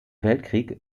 weltkrieg